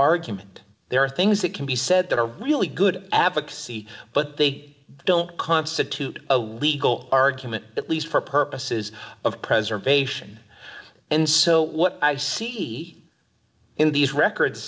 argument there are things that can be said that are really good advocacy but they don't constitute a legal argument at least for purposes of preservation and so what i see in these records